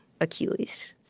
Achilles